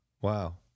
Wow